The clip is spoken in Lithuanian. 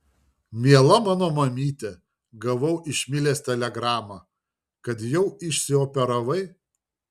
miela mano mamyte gavau iš milės telegramą kad jau išsioperavai